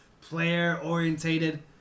player-orientated